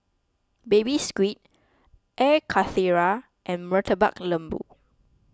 Baby Squid Air Karthira and Murtabak Lembu